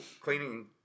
cleaning